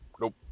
Nope